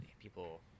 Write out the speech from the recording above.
people